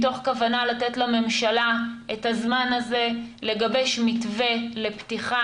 מתוך כוונה לתת את הממשלה את הזמן לגבש מתווה לפתיחה